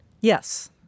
Yes